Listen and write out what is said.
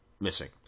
missing